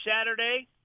Saturday